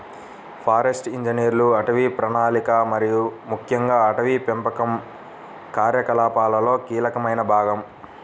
forest ఇంజనీర్లు అటవీ ప్రణాళిక మరియు ముఖ్యంగా అటవీ పెంపకం కార్యకలాపాలలో కీలకమైన భాగం